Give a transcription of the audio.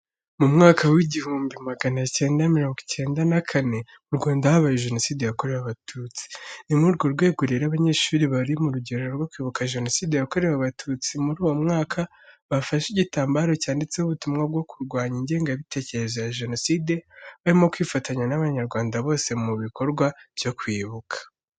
Mu mwaka w’igihumbi magana cyenda mirongo icyenda na kane mu Rwanda habaye Jenoside yakorewe Abatutsi, ni muri urwo rwego rero abanyeshuri bari mu rugendo rwo kwibuka Jenoside yakorewe Abatutsi muri uwo mwaka, bafashe igitambaro cyanditseho ubutumwa bwo kurwanya ingengabitekerezo ya Jenoside, barimo kwifatanya n’abanyarwanda bose mu bikorwa byo kwibuka.